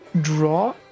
draw